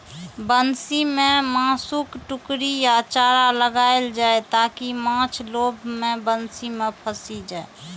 बंसी मे मासुक टुकड़ी या चारा लगाएल जाइ, ताकि माछ लोभ मे बंसी मे फंसि जाए